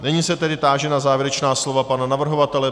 Nyní se tedy táži na závěrečná slova pana navrhovatele.